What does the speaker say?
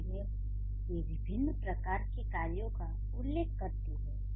जाहिर है ये विभिन्न प्रकार के कार्यों का उल्लेख करती है